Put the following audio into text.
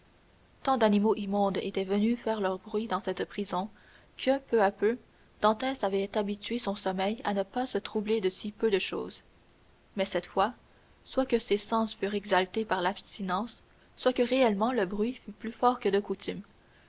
tant d'animaux immondes étaient venus faire leur bruit dans cette prison que peu à peu edmond avait habitué son sommeil à ne pas se troubler de si peu de chose mais cette fois soit que ses sens fussent exaltés par l'abstinence soit que réellement le bruit fût plus fort que de coutume